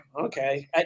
okay